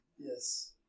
Yes